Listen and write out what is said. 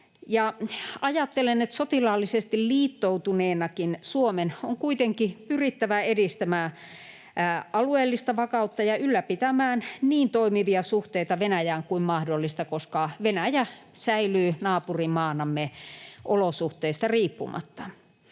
Ajattelen, että sotilaallisesti liittoutuneenakin Suomen on kuitenkin pyrittävä edistämään alueellista vakautta ja ylläpitämään niin toimivia suhteita Venäjään kuin mahdollista, koska Venäjä säilyy naapurimaanamme olosuhteista riippumatta.